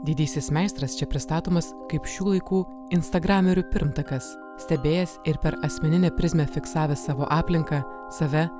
didysis meistras čia pristatomas kaip šių laikų instagramerių pirmtakas stebėjęs ir per asmeninę prizmę fiksavęs savo aplinką save